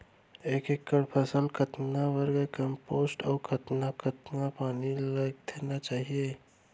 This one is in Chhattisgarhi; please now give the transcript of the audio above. एक एकड़ फसल कतका वर्मीकम्पोस्ट अऊ कतका कतका पानी पलोना चाही?